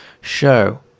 show